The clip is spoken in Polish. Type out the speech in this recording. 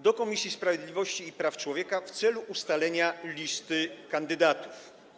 do Komisji Sprawiedliwości i Praw Człowieka w celu ustalenia listy kandydatów.